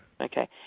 Okay